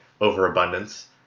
overabundance